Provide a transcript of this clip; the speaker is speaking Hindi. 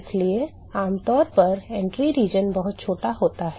इसलिए आमतौर पर प्रवेश क्षेत्र बहुत छोटा होता है